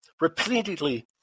repeatedly